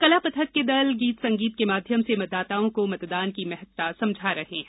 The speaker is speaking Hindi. कला पथक के दल गीत संगीत के माध्यम से मतदाताओं को मतदान की महत्ता समझा रहे हैं